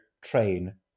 train